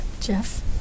Jeff